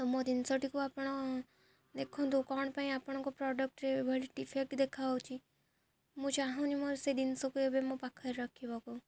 ତ ମୋ ଜିନିଷଟିକୁ ଆପଣ ଦେଖନ୍ତୁ କ'ଣ ପାଇଁ ଆପଣଙ୍କ ପ୍ରଡ଼କ୍ଟରେ ଏଭଳି ଡିଫେକ୍ଟ ଦେଖାହଉଛି ମୁଁ ଚାହୁଁନି ମୋର ସେ ଜିନିଷକୁ ଏବେ ମୋ ପାଖରେ ରଖିବାକୁ